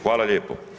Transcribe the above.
Hvala lijepo.